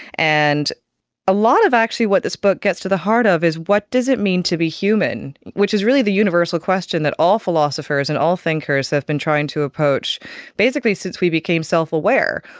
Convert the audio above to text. and a lot of actually what this book gets to the heart of it is what does it mean to be human, which is really the universal question that all philosophers and all thinkers have been trying to approach basically since we became self-aware.